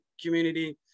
community